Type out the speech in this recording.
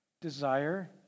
desire